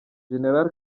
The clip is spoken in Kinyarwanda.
gen